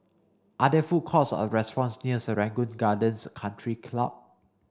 are there food courts or restaurants near Serangoon Gardens Country Club